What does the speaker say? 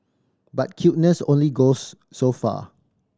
but cuteness only goes so far